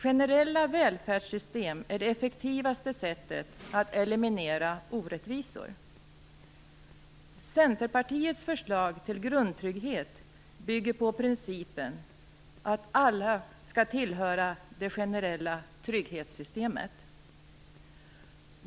Generella välfärdssystem är det effektivaste sättet att eliminera orättvisor. Centerpartiets förslag till grundtrygghet bygger på principen att alla skall tillhöra det generella trygghetssystemet.